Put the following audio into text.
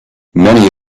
many